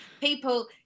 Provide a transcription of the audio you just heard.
People